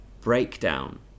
...breakdown